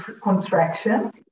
contraction